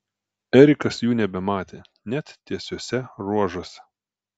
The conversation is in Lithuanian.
erikas jų nebematė net tiesiuose ruožuose